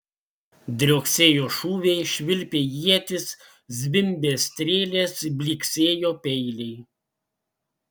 drioksėjo šūviai švilpė ietys zvimbė strėlės blyksėjo peiliai